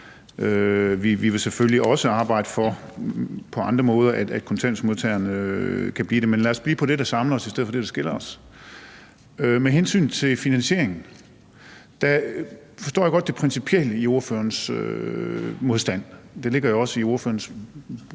Vi vil selvfølgelig også på andre måder arbejde for, at kontanthjælpsmodtagerne kan blive det, men lad os blive på det, der samler os, i stedet for det, der skiller os. Med hensyn til finansieringen forstår jeg godt det principielle i ordførerens modstand, og det ligger jo også i ordførerens